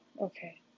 okay